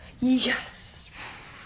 Yes